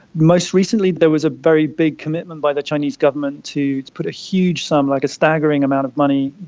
most recently there was a very big commitment by the chinese government to put a huge sum, like a staggering amount of money,